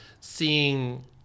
seeing